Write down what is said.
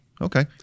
Okay